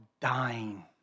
Dying